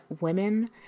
women